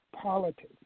politics